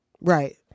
Right